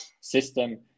system